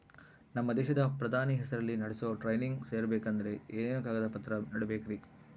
ನಮ್ಮ ದೇಶದ ಪ್ರಧಾನಿ ಹೆಸರಲ್ಲಿ ನಡೆಸೋ ಟ್ರೈನಿಂಗ್ ಸೇರಬೇಕಂದರೆ ಏನೇನು ಕಾಗದ ಪತ್ರ ನೇಡಬೇಕ್ರಿ?